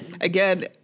Again